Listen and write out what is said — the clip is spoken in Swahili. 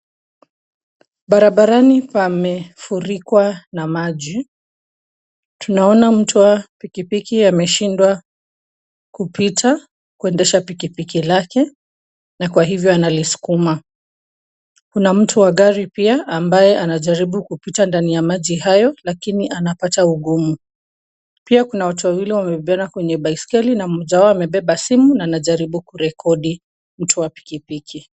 Barabarani pamefurikwa na maji. Tunaona mtu wa pikipiki ameshindwa kupita kuendesha pikipiki lake na kwa hivyo analisukuma. Kuna mtu wa gari pia ambaye anajaribu kupita ndani ya maji hayo lakini anapata ugumu. Pia kuna watu wawili wamebebana kwenye baiskeli na mmoja wao amebeba simu na anajaribu kurekodi mtu wa pikipiki.